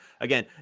again